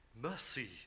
mercy